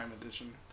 edition